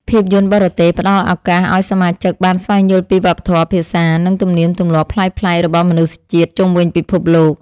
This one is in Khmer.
ភាពយន្តបរទេស ផ្ដល់ឱកាសឱ្យសមាជិកបានស្វែងយល់ពីវប្បធម៌ ភាសា និងទំនៀមទម្លាប់ប្លែកៗរបស់មនុស្សជាតិជុំវិញពិភពលោក។